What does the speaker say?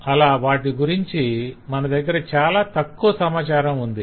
అలా వాటి గురించి మన దగ్గర చాలా తక్కువ సమాచారం ఉంది